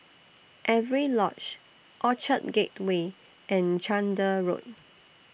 Avery Lodge Orchard Gateway and Chander Road